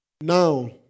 Now